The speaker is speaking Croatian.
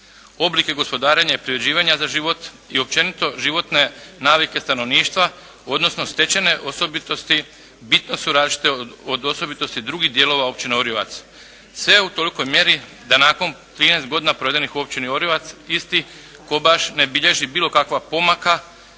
oblike gospodarenja i privređivanja za život i općenito životne navike stanovništva, odnosno stečene osobitosti bitno su različite od osobitosti drugih dijelova Općine Orijovac. Sve u tolikoj mjeri da nakon 13 godina provedenih u Općini Orijovac isti Kobaš ne bilježi bilo kakva pomaka